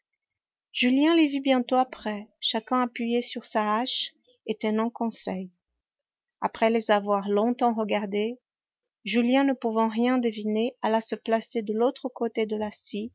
julien les vit bientôt après chacun appuyé sur sa hache et tenant conseil après les avoir longtemps regardés julien ne pouvant rien deviner alla se placer de l'autre côté de la